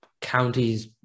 counties